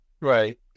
Right